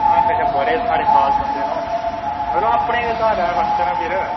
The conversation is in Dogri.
अच्छा अच्छा बड़े साढ़े खास बंदे न ओह् मतलब अपने गै घर ऐ फंक्शन फ्ही